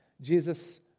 Jesus